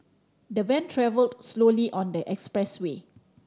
the van travelled slowly on the expressway